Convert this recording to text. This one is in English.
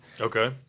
Okay